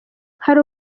hari